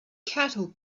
cattle